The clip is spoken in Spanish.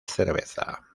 cerveza